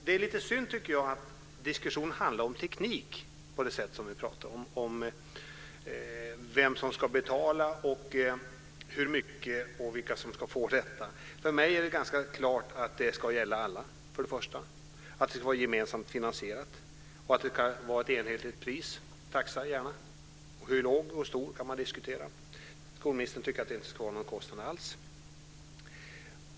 Det är lite synd att diskussionen handlar om teknik, om vem som ska betala, hur mycket som ska betalas och vilka som ska få tillgodogöra sig detta. För mig står det klart att det ska gälla alla, att det ska vara gemensamt finansierat och att det ska vara en enhetlig taxa - hur stor taxan ska vara kan man diskutera. Skolministern tycker att det inte ska vara någon kostnad alls.